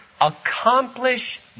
accomplish